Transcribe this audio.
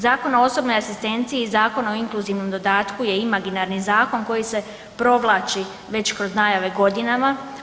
Zakon o osobnoj asistenciji, Zakon o inkluzivnom dodatku je imaginarni zakon koji se provlači već kroz najave godinama.